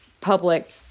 public